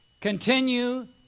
continue